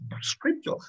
scripture